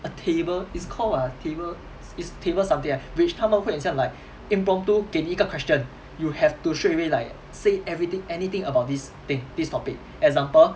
a table it's called what ah table it's table something lah which 他们会很像 like impromptu 给你一个 question you have to straight away like say everything anything about this thing this topic example